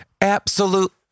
Absolute